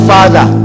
Father